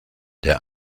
der